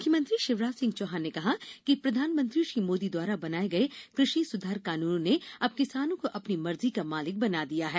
म्ख्यमंत्री शिवराज सिंह चौहान ने कहा कि प्रधानमंत्री श्री मोदी द्वारा बनाए गए कृषि स्धार कानूनो ने अब किसानों को अपनी मर्जी का मालिक बना दिया है